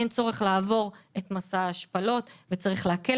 אין צורך לעבור את מסע ההשפלות וצריך להקל